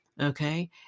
Okay